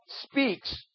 speaks